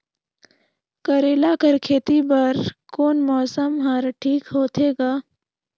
करेला कर खेती बर कोन मौसम हर ठीक होथे ग?